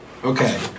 Okay